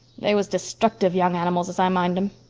they was destructive young animals, as i mind em.